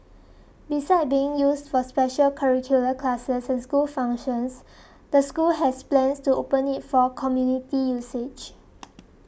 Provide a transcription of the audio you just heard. besides being used for special curricular classes and school functions the school has plans to open it for community usage